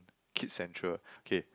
Kids Central okay